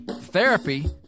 Therapy